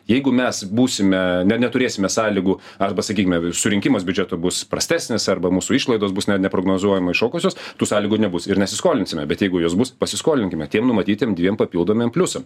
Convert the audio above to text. jeigu mes būsime ne neturėsime sąlygų arba sakykime surinkimas biudžeto bus prastesnis arba mūsų išlaidos bus ne neprognozuojamai iššokusios tų sąlygų nebus ir nesiskolinsime bet jeigu jos bus pasiskolinkime tiem numatytiem dviem papildomiem pliusam